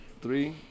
Three